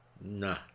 nah